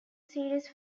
series